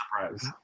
surprise